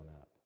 up